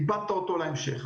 איבדת אותו להמשך.